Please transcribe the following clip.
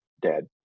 dead